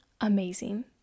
amazing